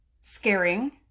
scaring